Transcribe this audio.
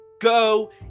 go